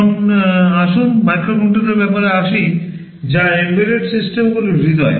এখন আসুন মাইক্রোকন্ট্রোলারের ব্যাপারে আসি যা এম্বেডেড সিস্টেমগুলির হৃদয়